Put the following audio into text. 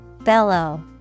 Bellow